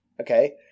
Okay